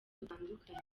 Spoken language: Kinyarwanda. butandukanye